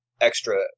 extra